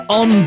on